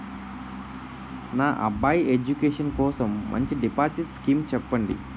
నా అబ్బాయి ఎడ్యుకేషన్ కోసం మంచి డిపాజిట్ స్కీం చెప్పండి